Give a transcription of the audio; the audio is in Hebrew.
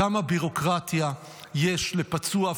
כמה בירוקרטיה יש לפצוע,